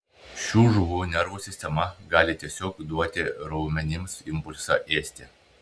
šių žuvų nervų sistema gali tiesiog duoti raumenims impulsą ėsti